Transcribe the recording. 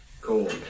Cool